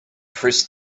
press